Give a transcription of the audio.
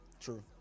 True